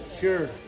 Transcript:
sure